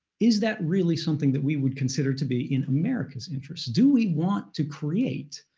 is that really something that we would consider to be in america's interest? do we want to create